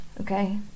okay